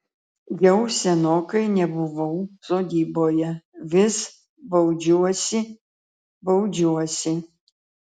jau senokai nebuvau sodyboje vis baudžiuosi baudžiuosi